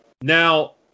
Now